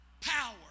power